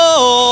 -oh